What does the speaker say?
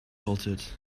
salted